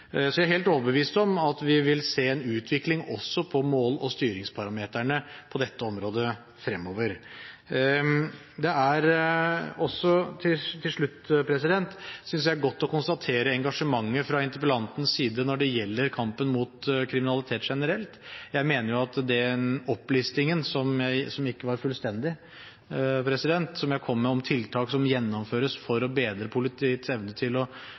Så jeg er helt overbevist om at vi vil se en utvikling også på mål- og styringsparameterne på dette området fremover. Til slutt: Jeg synes det er godt å konstatere engasjementet fra interpellantens side når det gjelder kampen mot kriminalitet generelt. Jeg mener at den opplistingen – som ikke var fullstendig – som jeg kom med over tiltak som gjennomføres for å bedre politiets evne til